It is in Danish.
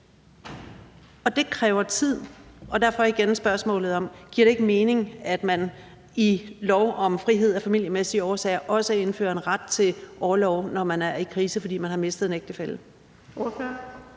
og det kræver tid. Derfor vil jeg igen stille spørgsmålet: Giver det ikke mening, at der i forbindelse med lov om frihed af familiemæssige årsager også indføres en ret til orlov, når man er i krise, fordi man har mistet en ægtefælle?